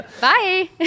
bye